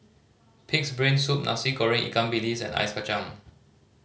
Pig's Brain Soup Nasi Goreng ikan bilis and ice kacang